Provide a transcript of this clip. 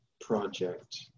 project